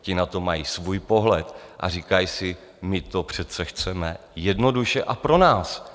Ti na to mají svůj pohled a říkají si: My to přece chceme jednoduše a pro nás.